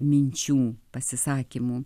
minčių pasisakymų